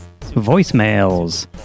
voicemails